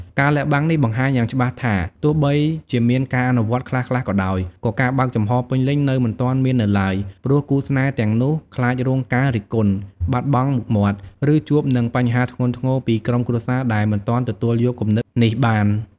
ការលាក់បាំងនេះបង្ហាញយ៉ាងច្បាស់ថា ទោះបីជាមានការអនុវត្តខ្លះៗក៏ដោយ ក៏ការបើកចំហរពេញលេញនៅមិនទាន់មាននៅឡើយ ព្រោះគូស្នេហ៍ទាំងនោះខ្លាចរងការរិះគន់ បាត់បង់មុខមាត់ ឬជួបនឹងបញ្ហាធ្ងន់ធ្ងរពីក្រុមគ្រួសារដែលមិនទាន់ទទួលយកគំនិតនេះបាន។